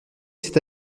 cet